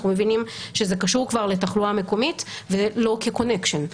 אנחנו מבינים שזה קשור כבר לתחלואה מקומית ולא כקונקשן.